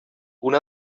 una